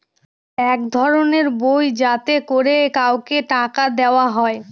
এক ধরনের বই যাতে করে কাউকে টাকা দেয়া হয়